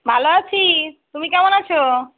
ভালো আছি তুমি কেমন আছো